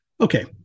Okay